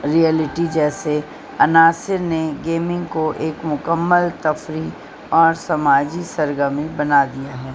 reality جیسے عناصر نے گیمنگ کو ایک مکمل تفریح اور سماجی سرگرمی بنا دیا ہے